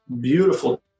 beautiful